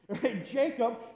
Jacob